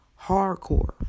Hardcore